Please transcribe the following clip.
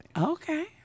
Okay